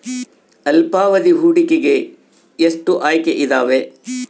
ಅಲ್ಪಾವಧಿ ಹೂಡಿಕೆಗೆ ಎಷ್ಟು ಆಯ್ಕೆ ಇದಾವೇ?